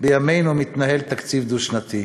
בימינו מתנהל תקציב דו-שנתי?